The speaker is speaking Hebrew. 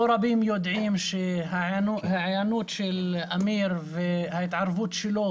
לא רבים יודעים שההיענות של אמיר וההתערבות שלו